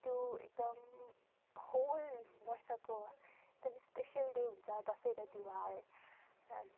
त्यो एकदम होल वर्षको एकदम स्पेसल डे हुन्छ दसैँ र तिहार र